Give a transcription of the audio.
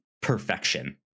perfection